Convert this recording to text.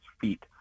feet